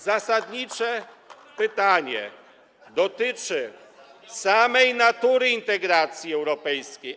Zasadnicze pytanie dotyczy samej natury integracji europejskiej.